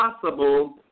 possible